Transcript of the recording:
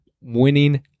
winning